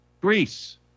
Greece